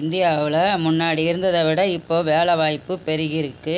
இந்தியாவில் முன்னாடி இருந்ததை விட இப்போ வேலைவாய்ப்பு பெருகிருக்கு